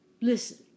Listen